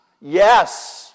Yes